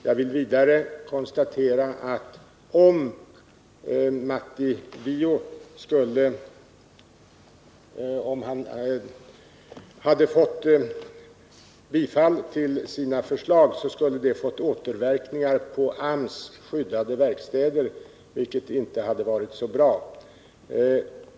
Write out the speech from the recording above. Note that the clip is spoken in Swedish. Jag vill vidare konstatera att om Matti Viio hade fått bifall till sina förslag, skulle det ha fått återverkningar på AMS skyddade verkstäder, vilket inte hade varit så bra.